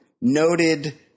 Noted